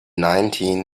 nineteen